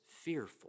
fearful